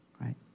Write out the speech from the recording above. Right